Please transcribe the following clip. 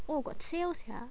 oh got sales sia